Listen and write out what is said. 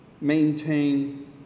maintain